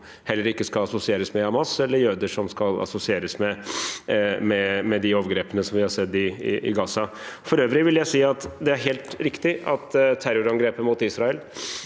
som heller ikke skal assosieres med Hamas, og jøder, som ikke skal assosieres med de overgrepene som vi har sett i Gaza. For øvrig vil jeg si at det er helt riktig at terrorangrepet mot Israel